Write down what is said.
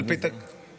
של מי זה?